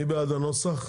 מי בעד הנוסח?